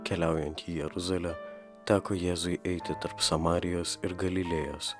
keliaujant į jeruzalę teko jėzui eiti tarp samarijos ir galilėjos